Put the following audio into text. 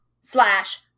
slash